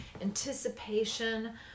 anticipation